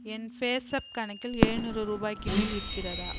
என் பேஸப் கணக்கில் எழுநூறு ரூபாய்க்கு மேல் இருக்கிறதா